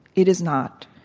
it is not.